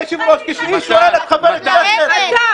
באמת.